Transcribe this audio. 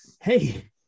hey